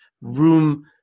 room